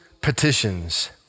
petitions